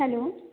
hello